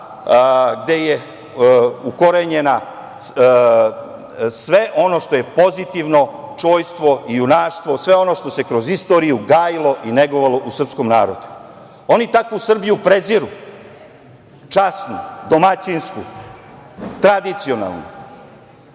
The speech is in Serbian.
gde je ukorenjeno sve ono što je pozitivno, čojstvo i junaštvo, sve ono što se kroz istoriju gajilo i negovalo u srpskom narodu. Oni takvu Srbiju preziru, časnu, domaćinsku, tradicionalnu,